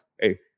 hey